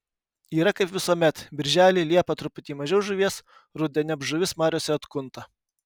yra kaip visuomet birželį liepą truputį mažiau žuvies rudeniop žuvis mariose atkunta